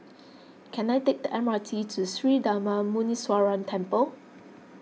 can I take the M R T to Sri Darma Muneeswaran Temple